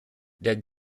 der